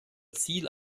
ziel